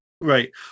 Right